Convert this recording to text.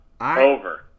Over